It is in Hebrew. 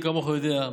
מי כמוך יודע,